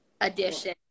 edition